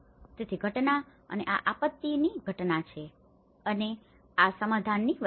તેથી ઘટના અને આ આપત્તિની ઘટના છે અને આ સમાધાનની વચ્ચે છે